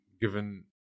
given